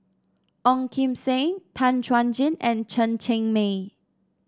Ong Kim Seng Tan Chuan Jin and Chen Cheng Mei